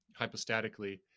hypostatically